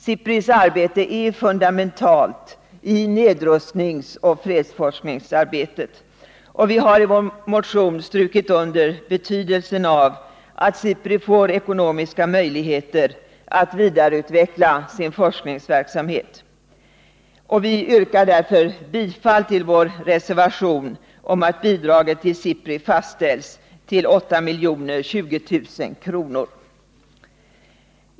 SIPRI:s arbete är fundamentalt i nedrustningsoch fredsforskningsarbete, och vi har i vår motion strukit under betydelsen av att SIPRI får ekonomiska möjligheter att vidareutveckla sin forskningsverksamhet. Vi 125 yrkar därför bifall till vår reservation med begäran om att bidraget till SIPRI fastställs till 8 020 000 kr.